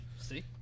See